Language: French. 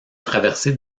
traversée